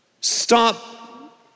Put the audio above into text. Stop